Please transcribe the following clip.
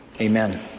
Amen